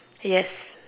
yes